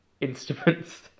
instruments